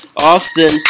Austin